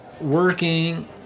working